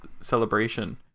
celebration